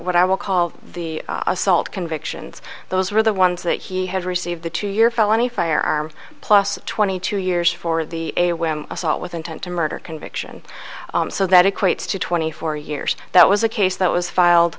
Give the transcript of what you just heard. what i will call the assault convictions those are the ones that he has received the two year felony firearm plus twenty two years for the a whim assault with intent to murder conviction so that equates to twenty four years that was a case that was filed